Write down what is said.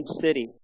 city